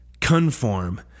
conform